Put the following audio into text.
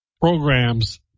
programs